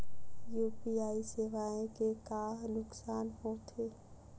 UPI सेवाएं के का नुकसान हो थे?